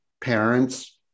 parents